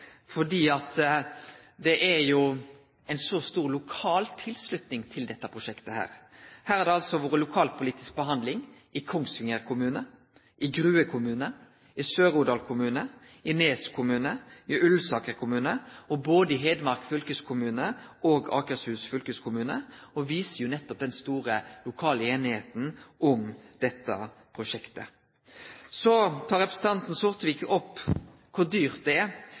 det er jo ein så stor lokal tilslutning til dette prosjektet. Her har det altså vore lokalpolitisk behandling i Kongsvinger kommune, i Grue kommune, i Sør-Odal kommune, i Nes kommune, i Ullensaker kommune og både i Hedmark fylkeskommune og Akershus fylkeskommune, og det viser jo nettopp den store lokale semja om dette prosjektet. Så tek representanten Sortevik opp kor dyrt det er.